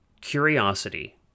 curiosity